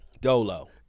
Dolo